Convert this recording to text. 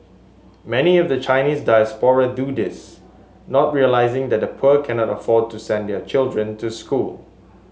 many of the Chinese diaspora do this not realising that the poor cannot afford to send their children to school